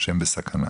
שהם בסכנה.